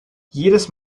jedes